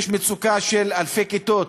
יש מצוקה של אלפי כיתות,